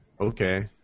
Okay